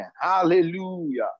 Hallelujah